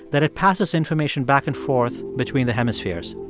that it passes information back and forth between the hemispheres.